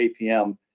apm